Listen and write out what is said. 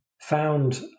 found